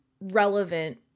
relevant